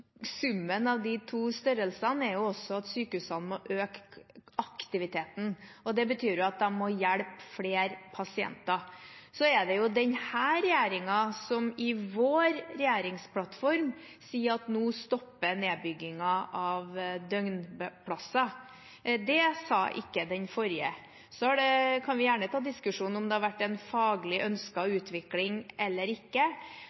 summen av de to størrelsene er at sykehusene må øke aktiviteten, og det betyr at de må hjelpe flere pasienter. Så er det denne regjeringen som i sin regjeringsplattform sier at nå stopper nedbyggingen av døgnplasser. Det sa ikke den forrige. Vi kan gjerne ta diskusjonen om det har vært en faglig ønsket utvikling eller ikke.